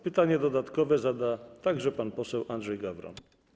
Pytanie dodatkowe zada także pan poseł Andrzej Gawron.